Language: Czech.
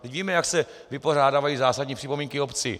Vidíme, jak se vypořádávají zásadní připomínky obcí.